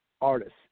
artists